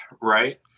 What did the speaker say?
right